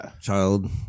child